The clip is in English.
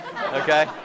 okay